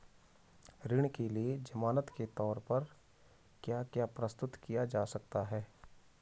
ऋण के लिए ज़मानात के तोर पर क्या क्या प्रस्तुत किया जा सकता है?